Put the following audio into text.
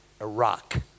Iraq